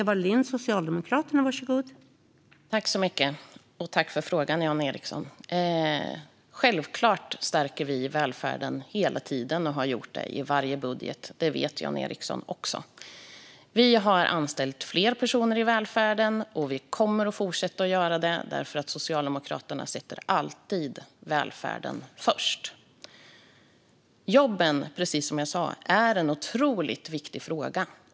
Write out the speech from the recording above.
Fru talman! Tack för frågan, Jan Ericson! Självklart stärker vi välfärden hela tiden och har så gjort i varje budget. Det vet Jan Ericson också. Vi har anställt fler personer i välfärden och kommer att fortsätta att göra det eftersom Socialdemokraterna alltid sätter välfärden först. Jobben, precis som jag sa, är en otroligt viktig fråga.